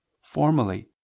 formally